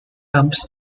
ramps